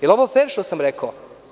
Je li ovo fer što sam rekao?